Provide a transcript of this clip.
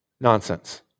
Nonsense